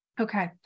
Okay